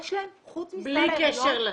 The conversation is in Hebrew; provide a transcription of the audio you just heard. יש להן חוץ מסל ההריון --- בלי קשר לסל.